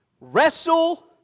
wrestle